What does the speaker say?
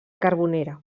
carbonera